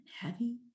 heavy